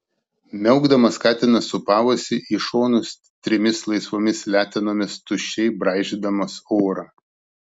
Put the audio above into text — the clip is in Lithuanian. miaukdamas katinas sūpavosi į šonus trimis laisvomis letenomis tuščiai braižydamas orą